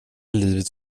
livet